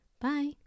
Bye